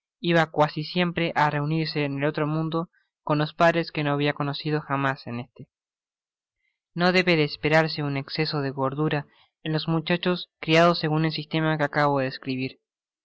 iba cuasi siempre á reunirse en el otro mundo con los padres que no habia conocido jamas en este no debe esperarse un exceso de gordura en los muchachos criados segun el sistema que acabo de describir